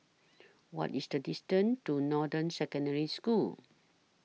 What IS The distance to Northern Secondary School